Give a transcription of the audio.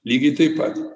lygiai taip pat